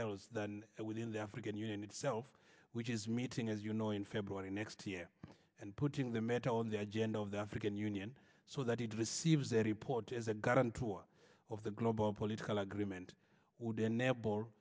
else than within the african union itself which is meeting as you know in february next year and putting the met on the agenda of the african union so that he did receive that report as it got on top of the global political agreement would enable